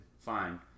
fine